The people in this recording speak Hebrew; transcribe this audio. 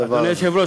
אדוני היושב-ראש,